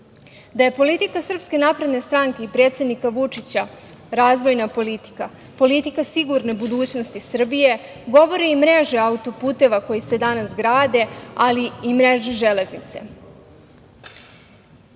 je politika SNS i predsednika Vučića razvojna politika, politika sigurne budućnosti Srbije, govori i mreža autoputeva koji se danas grade, ali mreža železnice.